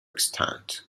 extant